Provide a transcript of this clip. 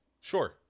Sure